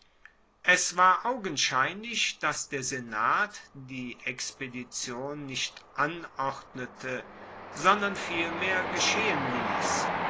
es war augenscheinlich dass der senat die expedition nicht anordnete sondern vielmehr geschehen liess